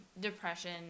depression